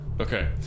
Okay